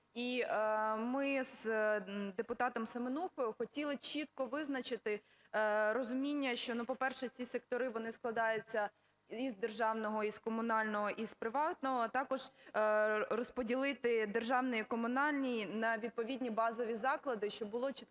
і ми з депутатом Семенухою хотіли чітко визначити розуміння, що, по-перше, ці сектори, вони складаються з державного, з комунального і з приватного. Також розподілити державні і комунальні на відповідні базові заклади, щоб було чітке